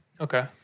Okay